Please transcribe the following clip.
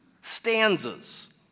stanzas